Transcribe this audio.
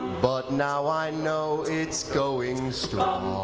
but now i know it's going strong